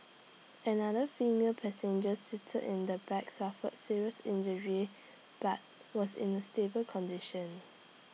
another female passenger seated in the back suffered serious injuries but was in A stable condition